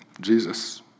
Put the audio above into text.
Jesus